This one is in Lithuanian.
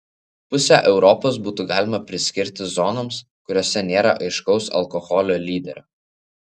pusę europos būtų galima priskirti zonoms kuriose nėra aiškaus alkoholio lyderio